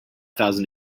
thousand